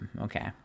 okay